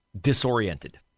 disoriented